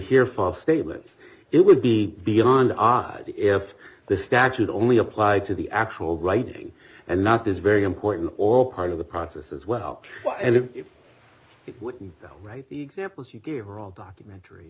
here false statements it would be beyond odd if the statute only applied to the actual writing and not this very important or part of the process as well and if it wouldn't go right the examples you give her all documentary